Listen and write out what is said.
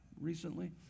recently